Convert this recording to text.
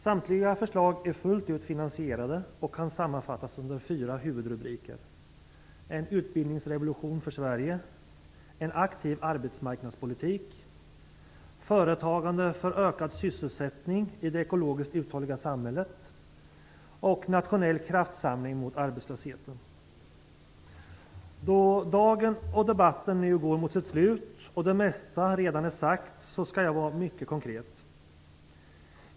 Samtliga förslag är fullt ut finansierade och kan sammanfattas under fyra huvudrubriker: Då dagen och debatten nu går mot sitt slut och det mesta redan är sagt skall jag vara mycket konkret.